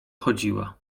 chodziła